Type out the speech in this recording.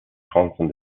chancen